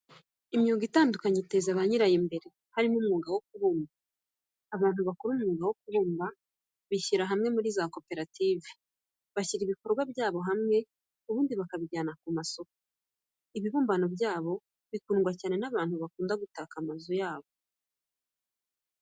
Imyuga itandukanye iteza banyirayo imbere, harimo umwuga wo kubumba, abantu bakora umwuga wo kubumba bishyira hamwe muri za koperative, bashyira ibikorwa byabo hamwe ubundi bakabijyana ku ma soko. Ibibumbano byabo bikundwa cyane n'abantu bakunda gutaka amazu yabo.